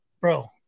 Bro